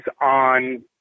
on